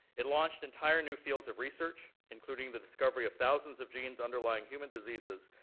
it launched entire new fields of research, including the discovery of thousands of genes underlying human diseases,